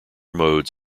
modes